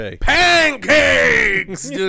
Pancakes